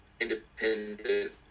independent